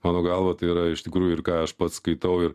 mano galva tai yra iš tikrųjų ir ką aš pats skaitau ir